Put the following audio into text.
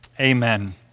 Amen